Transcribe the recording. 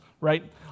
right